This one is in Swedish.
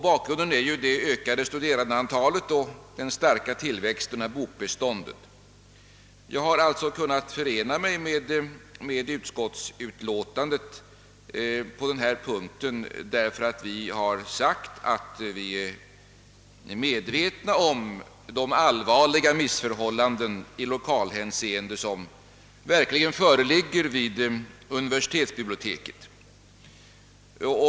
Bakgrunden är det ökade studerandeantalet och den starka tillväxten av bokbeståndet. Jag har kunnat ansluta mig till utskottets uppfattning på denna punkt därför att det har uttalat att man är medveten om de allvarliga missförhållanden i lokalhänseende som verkligen föreligger vid universitetsbiblioteket.